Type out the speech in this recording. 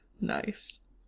Nice